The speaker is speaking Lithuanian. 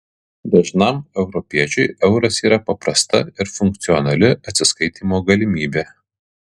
dažnam europiečiui euras yra paprasta ir funkcionali atsiskaitymo galimybė